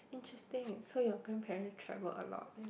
interesting so your grandparents travelled a lot